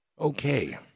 Okay